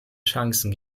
chancen